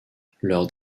leur